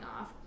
off